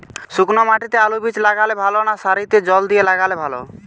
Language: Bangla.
শুক্নো মাটিতে আলুবীজ লাগালে ভালো না সারিতে জল দিয়ে লাগালে ভালো?